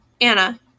Anna